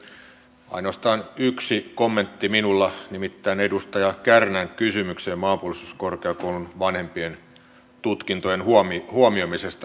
minulla on ainoastaan yksi kommentti nimittäin edustaja kärnän kysymykseen maanpuolustuskorkeakoulun vanhempien tutkintojen huomioimisesta